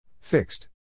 Fixed